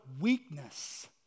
weakness